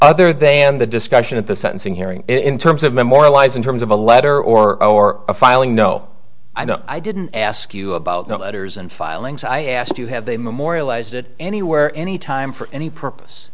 other than the discussion at the sentencing hearing in terms of memorialized in terms of a letter or or a filing no i don't i didn't ask you about the letters and filings i asked you have they memorialized it anywhere anytime for any purpose